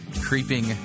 Creeping